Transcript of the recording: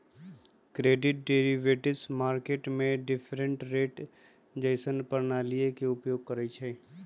credit derivatives market में difference rate जइसन्न प्रणालीइये के उपयोग करइछिए